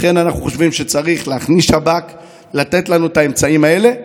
לכן אנחנו חושבים שצריך להכניס שב"כ ולתת לנו את האמצעים האלה,